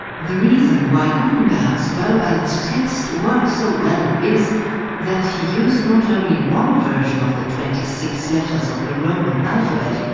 the reason why gutenberg's well-balanced text works so well is that he used not only one version of the twenty six letters of the roman alphabet,